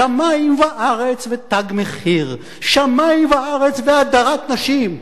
שמים וארץ ו"תג מחיר"; שמים וארץ והדרת נשים.